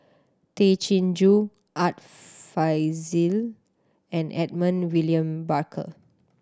Tay Chin Joo Art Fazil and Edmund William Barker